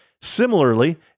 Similarly